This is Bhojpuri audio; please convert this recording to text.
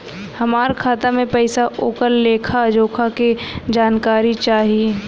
हमार खाता में पैसा ओकर लेखा जोखा के जानकारी चाही?